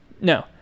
no